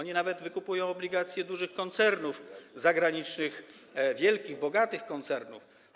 nawet wykupują obligacje dużych koncernów zagranicznych, wielkich, bogatych koncernów.